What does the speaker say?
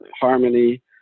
harmony